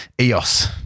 Eos